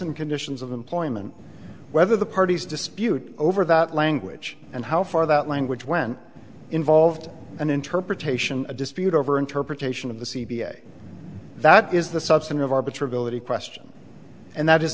and conditions of employment whether the parties dispute over that language and how far that language when involved an interpretation a dispute over interpretation of the c b s that is the substantive arbiter ability question and that